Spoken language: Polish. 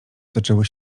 zaczęły